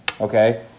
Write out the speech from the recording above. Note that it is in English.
Okay